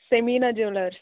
Samina jewellers